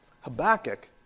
Habakkuk